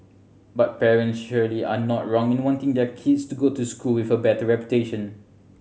but parents surely are not wrong in wanting their kids to go to schools with a better reputation